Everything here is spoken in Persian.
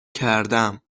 کردم